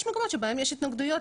יש מקומות שבהם יש התנגדויות,